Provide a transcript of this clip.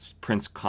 prince